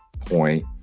point